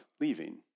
leaving